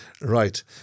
Right